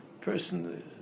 person